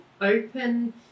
open